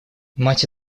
мать